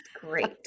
great